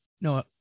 no